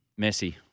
Messi